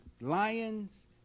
Lions